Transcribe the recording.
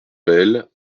bayle